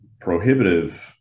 prohibitive